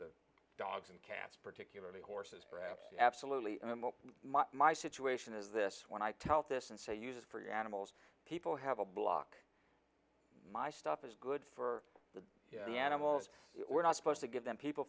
the dogs and cats particularly horses absolutely my my situation is this when i tell this and say use it for your animals people have a block my stuff is good for the the animals we're not supposed to give them people